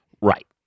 Right